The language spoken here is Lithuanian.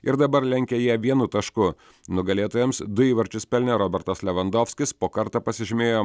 ir dabar lenkia ją vienu tašku nugalėtojams du įvarčius pelnė robertas levandovskis po kartą pasižymėjo